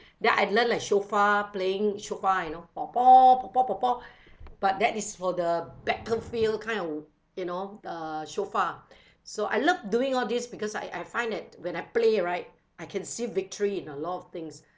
then I learn like shofar playing shofar you know but that is for the battlefield kind of you know uh shofar so I love doing all this because I I find that when I play right I can see victory in a lot of things